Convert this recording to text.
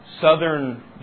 southern